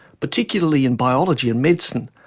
particularly in biology and medicine,